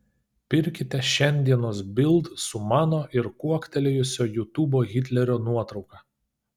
pirkite šiandienos bild su mano ir kuoktelėjusio jutubo hitlerio nuotrauka